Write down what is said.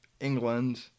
England